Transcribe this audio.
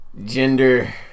Gender